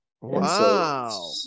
Wow